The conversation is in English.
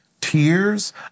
tears